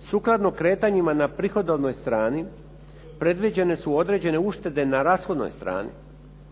Sukladno kretanjima na prihodovnoj strani, predviđene se određene uštede na rashodnoj strani.